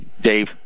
Dave